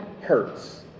hurts